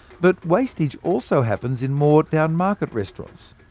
but wastage also happens in more down-market restaurants.